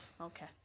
Okay